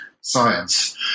science